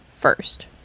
first